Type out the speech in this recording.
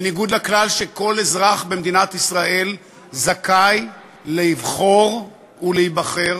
בניגוד לכלל שכל אזרח במדינת ישראל זכאי לבחור ולהיבחר.